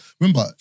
Remember